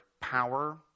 power